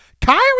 Kyrie